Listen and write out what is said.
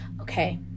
Okay